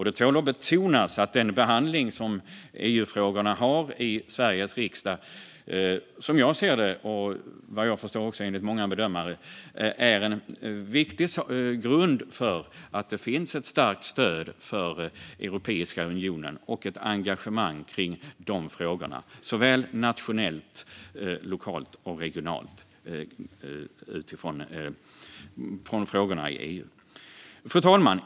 Det tål att betonas att Sveriges riksdags behandling av EU-frågorna, som jag ser det och vad jag förstår också enligt många bedömare, är en viktig grund för att det finns ett starkt stöd för Europeiska unionen och ett engagemang i EU-frågorna såväl nationellt som regionalt och lokalt. Fru talman!